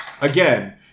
Again